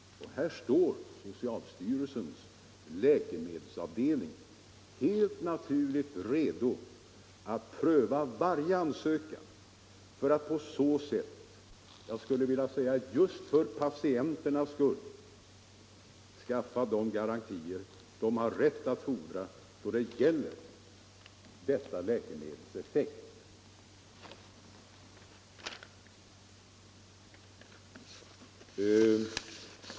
Här står socialstyrelsens läkemedelsavdelning helt naturligt redo att pröva varje ansökan för att på så sätt just för patienternas skull skaffa de garantier de har rätt att fordra då det gäller detta preparats effekt.